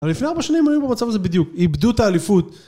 אבל לפני ארבע שנים היינו במצב הזה בדיוק, איבדו את האליפות.